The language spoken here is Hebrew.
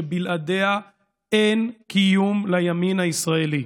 שבלעדיה אין קיום לימין הישראלי,